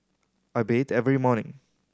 I bet every morning